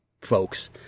folks